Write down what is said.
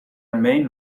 main